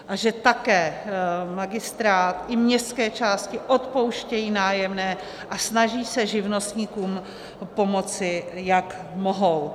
A že také magistrát i městské části odpouštějí nájemné a snaží se živnostníkům pomoci, jak mohou.